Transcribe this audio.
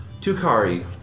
Tukari